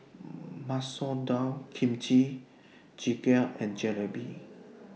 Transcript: Masoor Dal Kimchi Jjigae and Jalebi